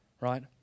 right